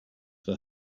for